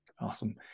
Awesome